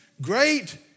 great